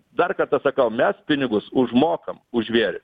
dar kartą sakau mes pinigus užmokam už žvėrį